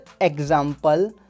example